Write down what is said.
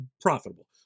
profitable